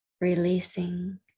releasing